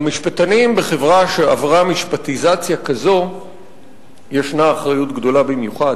למשפטנים בחברה שעברה משפטיזציה כזו ישנה אחריות גדולה במיוחד.